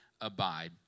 abide